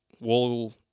wall